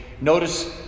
notice